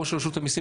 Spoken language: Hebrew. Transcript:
ראש רשות המיסים,